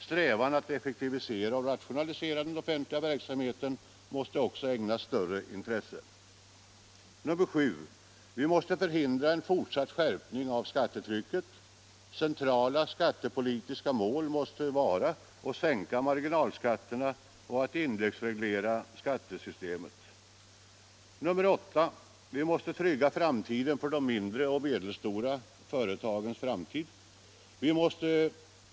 Strävan att effektivisera och rationalisera den offentliga verksamheten måste också ägnas större intresse. 7. Vi måste förhindra en fortsatt skärpning av skattetrycket. Centrala skattepolitiska mål måste vara att sänka marginalskatterna och att indexreglera skattesystemet. 8. Vi måste trygga de mindre och medelstora företagens framtid.